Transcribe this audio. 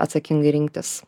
atsakingai rinktis